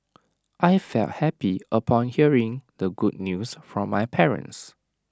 I felt happy upon hearing the good news from my parents